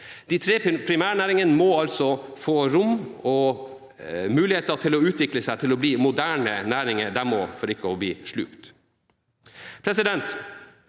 De tre primærnæringene må få rom og muligheter til å utvikle seg til å bli moderne næringer for ikke å bli slukt.